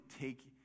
take